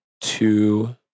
two